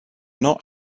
not